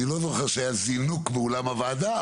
אני לא זוכר שהיה זינוק באולם הוועדה,